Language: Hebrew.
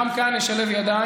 גם כאן נשלב ידיים,